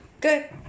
Good